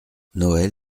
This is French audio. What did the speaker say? noël